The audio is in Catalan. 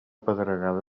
pedregada